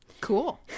Cool